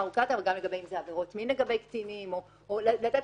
ארוכה יותר וגם אם זה עבירות מין לגבי קטינים לתת